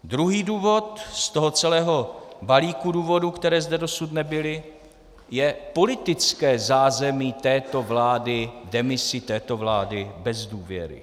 Druhý důvod z toho celého balíku důvodů, které zde dosud nebyly, je politické zázemí této vlády v demisi, této vlády bez důvěry.